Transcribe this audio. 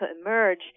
emerge